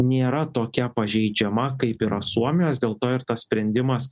nėra tokia pažeidžiama kaip yra suomijos dėl to ir tas sprendimas